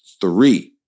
three